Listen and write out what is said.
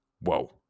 whoa